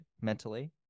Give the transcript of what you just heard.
mentally